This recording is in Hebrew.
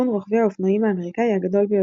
רוכבי האופנועים האמריקאי הגדול ביותר.